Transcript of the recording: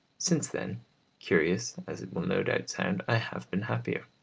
since then curious as it will no doubt sound i have been happier.